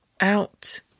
out